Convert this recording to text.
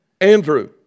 Andrew